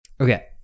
Okay